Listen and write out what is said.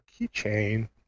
keychain